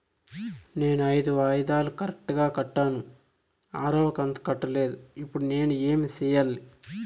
నేను ఐదు వాయిదాలు కరెక్టు గా కట్టాను, ఆరవ కంతు కట్టలేదు, ఇప్పుడు నేను ఏమి సెయ్యాలి?